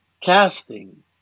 casting